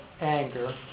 anger